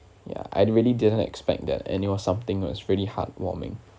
ya I really didn't expect that and it was something that was really heartwarming